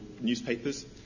newspapers